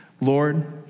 Lord